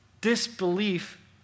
disbelief